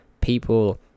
people